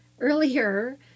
earlier